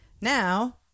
Now